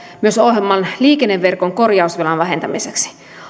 myös ohjelman liikenneverkon korjausvelan vähentämiseksi